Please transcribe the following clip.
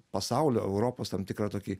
pasaulio europos tam tikrą tokį